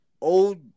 old